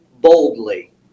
boldly